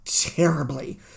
terribly